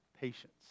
patience